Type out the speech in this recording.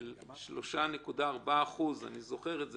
של 3.4%. אני זוכר את זה,